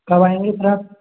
कब आएँगे फिर आप